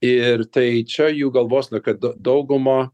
ir tai čia jų galvosena kad dauguma